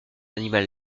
animal